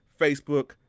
Facebook